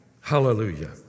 Hallelujah